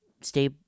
stay